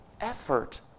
effort